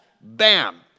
Bam